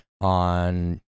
on